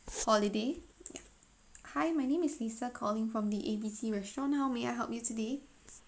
holiday ya hi my name is lisa calling from the A B C restaurant how may I help you today